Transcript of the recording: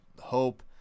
hope